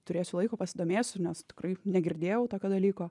turėsiu laiko pasidomėsiu nes tikrai negirdėjau tokio dalyko